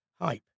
hype